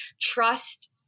trust